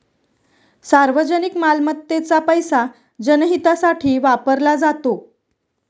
सार्वजनिक मालमत्तेचा पैसा जनहितासाठी वापरला जातो